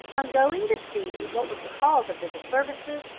on going to see what was the cause of the disturbances,